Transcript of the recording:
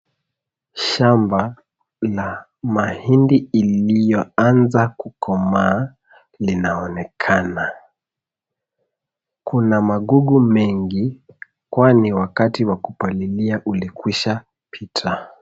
Shamba la mahindi iliyoanza kukomaa linaonekana. Kuna magugu mengi, kwani wakati wa kupalilia ulikwishapita.